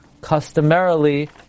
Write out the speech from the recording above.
customarily